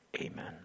amen